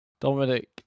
Dominic